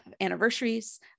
anniversaries